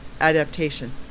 adaptation